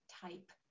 type